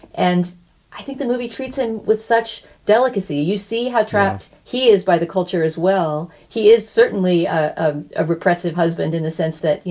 and i think the movie treats him with such delicacy. you see how trapped he is by the culture as well. he is certainly ah a repressive husband in a sense that, you